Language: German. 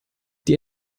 die